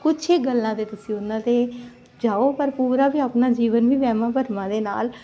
ਕੁਛ ਹੀ ਗੱਲਾਂ ਤੇ ਤੁਸੀਂ ਉਹਨਾਂ ਦੇ ਜਾਓ ਪਰ ਪੂਰਾ ਵੀ ਆਪਣਾ ਜੀਵਨ ਵੀ ਵਹਿਮਾਂ ਭਰਮਾਂ ਦੇ ਨਾਲ